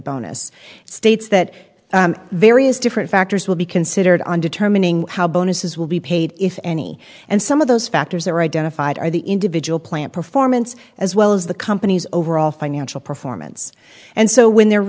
bonus states that various different factors will be considered on determining how bonuses will be paid if any and some of those factors are identified are the individual plant performance as well as the company's overall financial performance and so when they're